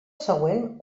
següent